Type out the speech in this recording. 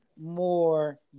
more